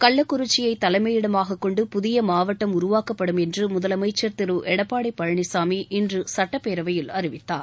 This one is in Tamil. கள்ளக்குறிச்சியை தலைமையிடமாக கொண்டு புதிய மாவட்டம் உருவாக்கப்படும் என்று முதலமைச்சர் திரு எடப்பாடி பழனிசாமி இன்று சட்டப்பேரவையில் அறிவித்தார்